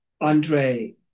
Andre